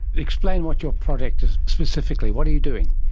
explain what your project is specifically, what are you doing?